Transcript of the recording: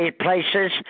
places